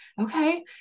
Okay